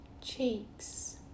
cheeks